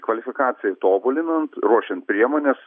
kvalifikaciją tobulinant ruošiant priemones